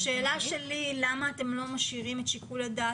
השאלה שלי היא למה אתם לא משאירים את שיקול הדעת